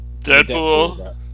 Deadpool